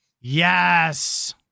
Yes